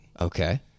Okay